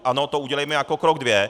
Ano, to udělejme jako krok dvě.